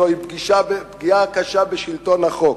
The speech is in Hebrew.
זוהי פגיעה קשה בשלטון החוק.